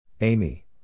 Amy